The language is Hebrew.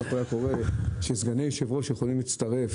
כך הוא היה קורא שסגני יושב-ראש יכולים להצטרף